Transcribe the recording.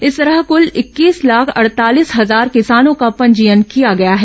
इस तरह कुल इक्कीस लाख अड़तालीस हजार किसानों का पंजीयन किया गया है